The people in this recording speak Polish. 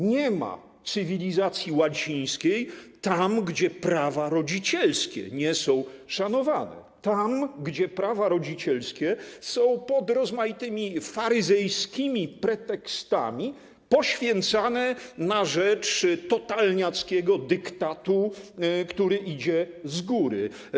Nie ma cywilizacji łacińskiej tam, gdzie prawa rodzicielskie nie są szanowane, tam, gdzie prawa rodzicielskie są pod rozmaitymi faryzejskimi pretekstami poświęcane na rzecz totalniackiego dyktatu, który idzie z góry.